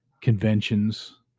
conventions